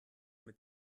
mit